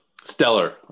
Stellar